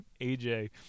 aj